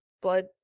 blood